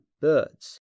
birds